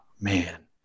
man